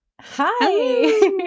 hi